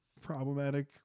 problematic